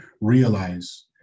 realize